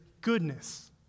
goodness